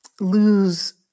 lose